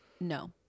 No